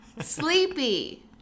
Sleepy